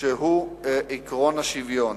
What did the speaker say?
שהוא עקרון השוויון.